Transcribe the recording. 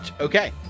Okay